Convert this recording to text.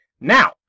Now